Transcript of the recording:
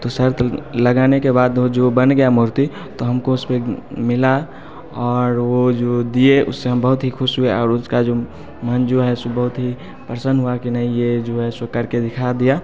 तो शर्त लगाने के बाद वो जो बन गया मूर्ति तो हमको उसपे मिला और वो जो दिए उससे हम बहुत ही खुश हुए और उसका जो मन जो है सो बहुत ही प्रसन्न हुआ कि नहीं ये जो है सो करके दिखा दिया